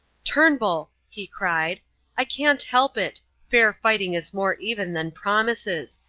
turnbull! he cried i can't help it fair fighting is more even than promises.